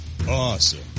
Awesome